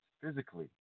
physically